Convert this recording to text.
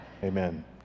Amen